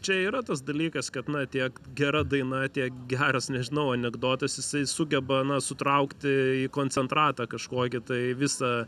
čia yra tas dalykas kad na tiek gera daina tiek geras nežinau anekdotas jisai sugeba na sutraukti į koncentratą kažkokį tai visą